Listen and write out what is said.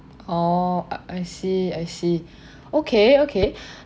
orh I I see I see okay okay